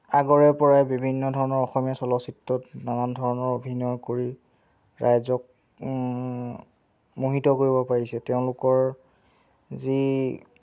আগৰেপৰাই বিভিন্ন ধৰণৰ অসমীয়া চলচিত্ৰত নানান ধৰণৰ অভিনয় কৰি ৰাইজক মোহিত কৰিব পাৰিছে তেওঁলোকৰ যি